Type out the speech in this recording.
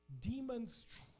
Demons